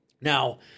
now